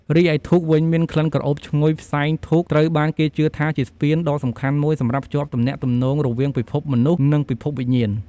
រីឯ ធូប វិញ មានក្លិនក្រអូបឈ្ងុយផ្សែងធូបត្រូវបានគេជឿថាជា ស្ពាន ដ៏សំខាន់មួយសម្រាប់ភ្ជាប់ទំនាក់ទំនងរវាងពិភពមនុស្ស និងពិភពវិញ្ញាណ។